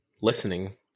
listening